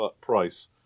price